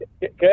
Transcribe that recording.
good